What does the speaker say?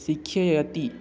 शिक्षयति